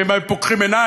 כי הם היו פוקחים עיניים.